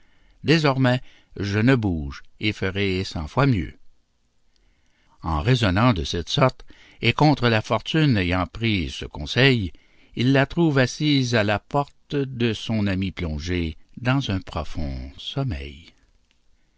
désormais je ne bouge et ferai cent fois mieux en raisonnant de cette sorte et contre la fortune ayant pris ce conseil il la trouve assise à la porte de son ami plongé dans un profond sommeil